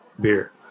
beer